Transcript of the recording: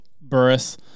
Burris